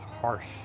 harsh